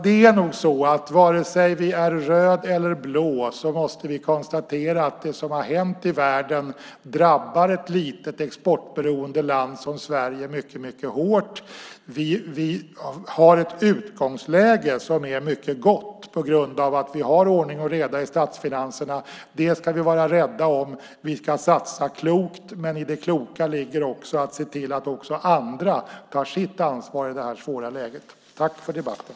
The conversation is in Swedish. Det är nog så att vare sig vi är röda eller blå måste vi konstatera att det som har hänt i världen drabbar ett litet exportberoende land som Sverige mycket hårt. Vi har ett utgångsläge som är mycket gott på grund av att vi har ordning och reda i statsfinanserna. Det ska vi vara rädda om. Vi ska satsa klokt, men i det kloka ligger också att se till att också andra tar sitt ansvar i det här svåra läget. Tack för debatten!